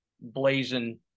blazing